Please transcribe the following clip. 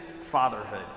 fatherhood